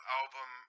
album